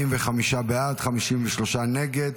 45 בעד, 53 נגד.